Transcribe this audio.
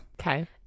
Okay